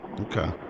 Okay